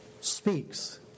speaks